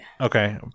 Okay